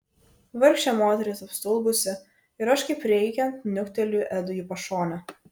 vargšė moteris apstulbusi ir aš kaip reikiant niukteliu edui į pašonę